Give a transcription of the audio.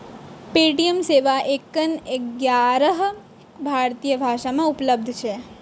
Paytm सेवा एखन ग्यारह भारतीय भाषा मे उपलब्ध छै